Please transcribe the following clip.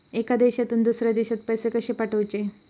एका देशातून दुसऱ्या देशात पैसे कशे पाठवचे?